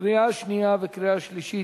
קריאה שנייה וקריאה שלישית.